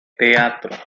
teatro